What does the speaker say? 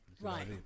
right